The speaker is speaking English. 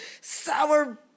sour